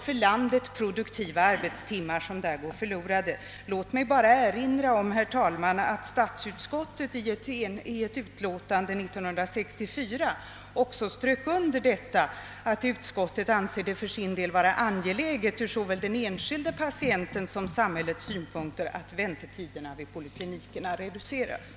För landet produktiva arbetstimmar går därvid förlorade. Låt mig till slut endast erinra om, herr talman, att statsutskottet i ett enhälligt utlåtande 1964 strök under att utskottet för sin del ansåg det angeläget ur såväl den enskilde patientens som samhällets synpunkter att väntetiden vid poliklinikerna reducerades.